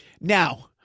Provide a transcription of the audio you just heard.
now